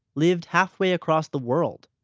lived halfway across the world.